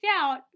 out